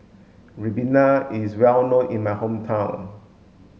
Ribena is well known in my hometown